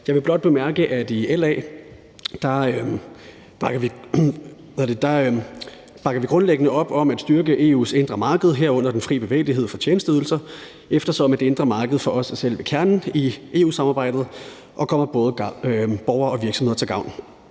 Jeg vil blot bemærke, at vi i LA bakker grundlæggende op om at styrke EU's indre marked, herunder den fri bevægelighed for tjenesteydelser, eftersom det indre marked for os er selve kernen i EU-samarbejdet og kommer både borgere og virksomheder til gavn.